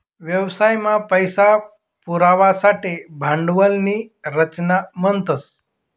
व्यवसाय मा पैसा पुरवासाठे भांडवल नी रचना म्हणतस